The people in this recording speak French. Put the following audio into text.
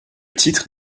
titre